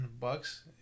bucks